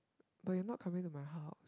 but you're not coming to my house